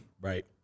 Right